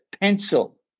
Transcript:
pencil